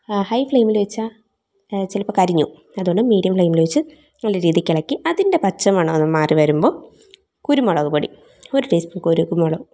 high ഫ്ലേമിൽ വെച്ചാൽ ചിലപ്പോൾ കരിഞ്ഞുപോകും അതുകൊണ്ട് മീഡിയം ഫ്ലേമിൽ വെച്ച് നല്ല രീതിക്ക് ഇളക്കി അതിൻ്റെ പച്ച മണം ഒന്ന് മാറി വരുമ്പോൾ കുരുമൊളക് പൊടി ഒരു ടീസ്പൂൺ കുരുക്മുളക്